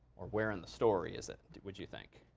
or where in the story is it would you think?